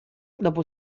dopo